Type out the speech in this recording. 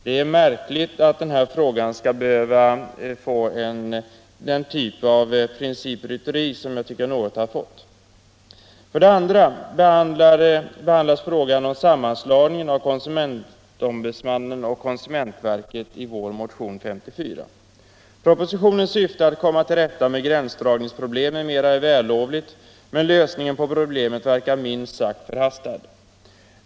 Det är märkligt att den här frågans behandling skall behöva få den typ av principrytteri som jag tycker att den har fått. För det andra behandlas frågan om sammanslagningen av konsumentombudsmannen och konsumentverket i vår motion 54. Propositionens syfte att komma till rätta med gränsdragningsproblem m.m. är vällovligt, men lösningen på problemen verkar minst sagt förhastad.